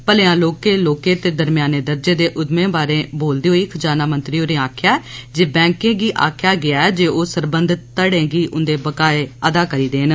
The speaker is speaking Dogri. भलेआं लौहके लौहके ते दरम्याने दर्जे दे उद्यमें बारै बोलदे होई खजाना मंत्री होरे आखेआ जे बैंके गी आखेआ गेआ ऐ जे ओह् सरबंघत घड़ें गी उंदे बकाये अदा करी देन